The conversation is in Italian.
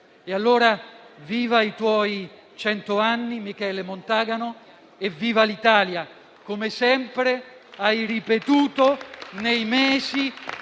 Allora, viva i tuoi cento anni, Michele Montagano, e viva l'Italia, come sempre hai ripetuto nei mesi